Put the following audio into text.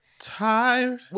tired